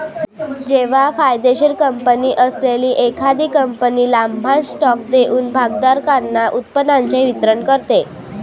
जेव्हा फायदेशीर कंपनी असलेली एखादी कंपनी लाभांश स्टॉक देऊन भागधारकांना उत्पन्नाचे वितरण करते